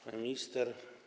Pani Minister!